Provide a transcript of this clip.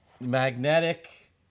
magnetic